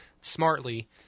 smartly